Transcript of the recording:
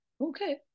Okay